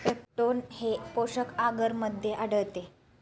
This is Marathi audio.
पेप्टोन हे पोषक आगरमध्ये आढळते